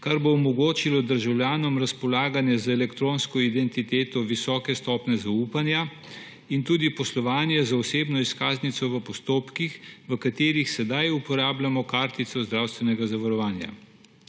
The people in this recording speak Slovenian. kar bo omogočilo državljanom razpolaganje z elektronsko identiteto visoke stopnje zaupanja in tudi poslovanje z osebno izkaznico v postopkih, v katerih sedaj uporabljamo kartico zdravstvenega zavarovanja.